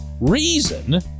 reason